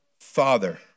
Father